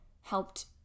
helped